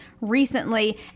recently